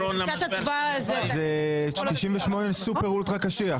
זה 98 סופר אולטרה קשיח.